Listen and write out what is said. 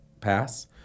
pass